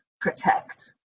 protect